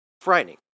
frightening